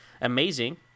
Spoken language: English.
amazing